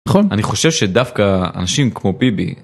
נכון, אני חושב שדווקא אנשים כמו ביבי...